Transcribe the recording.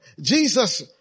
Jesus